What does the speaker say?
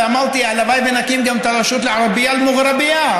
ואמרתי הלוואי שנקים גם את הרשות לערבייה אל-מוגרבייה,